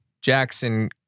Jackson